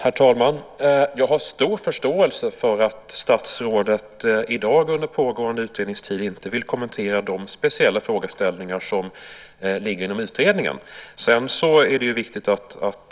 Herr talman! Jag har stor förståelse för att statsrådet i dag, under pågående utredningstid, inte vill kommentera de speciella frågeställningar som ligger inom utredningen. Sedan är det viktigt att